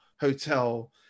hotel